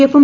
എഫും